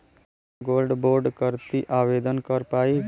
हम गोल्ड बोड करती आवेदन कर पाईब?